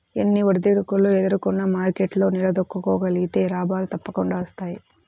ఎన్ని ఒడిదుడుకులు ఎదుర్కొన్నా మార్కెట్లో నిలదొక్కుకోగలిగితే లాభాలు తప్పకుండా వస్తాయి